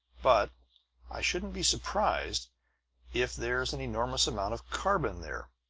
but i shouldn't be surprised if there's an enormous amount of carbon there.